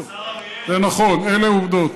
ונכון, אלה עובדות.